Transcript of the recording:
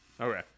Okay